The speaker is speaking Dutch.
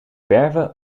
verven